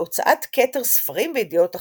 בהוצאת כתר ספרים וידיעות אחרונות.